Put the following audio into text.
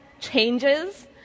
changes